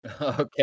okay